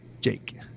Jake